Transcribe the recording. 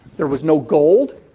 there was no gold.